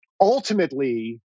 ultimately